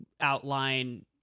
outline